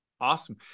Awesome